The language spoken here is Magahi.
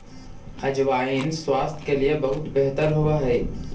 अजवाइन स्वास्थ्य के लिए बहुत बेहतर होवअ हई